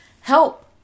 help